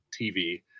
TV